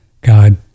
God